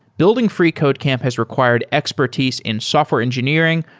building freecodecamp has required expertise in software engineering,